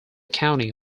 county